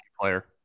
player